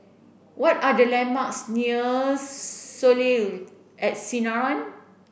what are the landmarks near Soleil at Sinaran